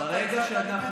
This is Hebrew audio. אבל זה מה שאתה הצעת,